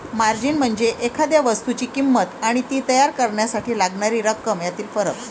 margin म्हणजे एखाद्या वस्तूची किंमत आणि ती तयार करण्यासाठी लागणारी रक्कम यातील फरक